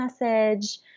message